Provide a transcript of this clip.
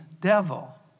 devil